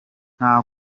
nta